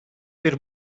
bir